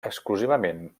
exclusivament